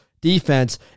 defense